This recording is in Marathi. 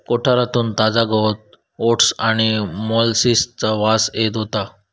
कोठारातून ताजा गवत ओट्स आणि मोलॅसिसचा वास येत होतो